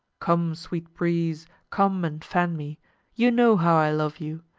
come, sweet breeze, come and fan me you know how i love you!